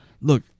Look